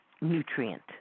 nutrient